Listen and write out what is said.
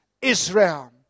Israel